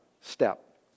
step